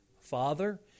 Father